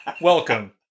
Welcome